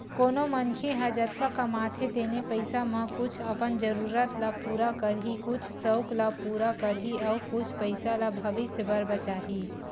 कोनो मनखे ह जतका कमाथे तेने पइसा म कुछ अपन जरूरत ल पूरा करही, कुछ सउक ल पूरा करही अउ कुछ पइसा ल भविस्य बर बचाही